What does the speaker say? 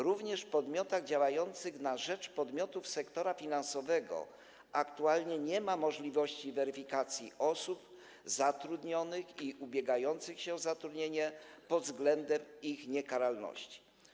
Również w podmiotach działających na rzecz podmiotów sektora finansowego aktualnie nie ma możliwości weryfikacji osób zatrudnionych i ubiegających się o zatrudnienie pod względem ich niekaralności.